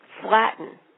flatten